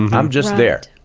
i'm just there,